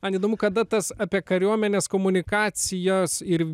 man įdomu kada tas apie kariuomenės komunikacijos ir